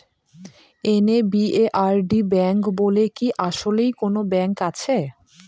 NABARD bank বলে কি আসলেই কোনো ব্যাংক আছে?